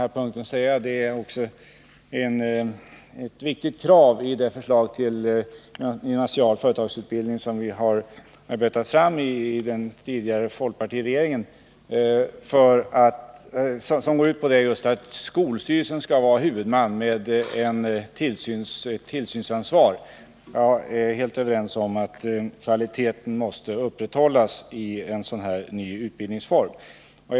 Låt mig i det sammanhanget säga att det är ett viktigt krav också i det förslag till gymnasial företagsutbildning som den tidigare folkpartiregeringen har arbetat fram att skolstyrelsen skall vara huvudman och ha tillsynsansvaret. Jag delar helt uppfattningen att kvaliteten måste upprätthållas i en sådan här ny utbildningsform.